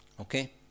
Okay